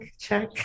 check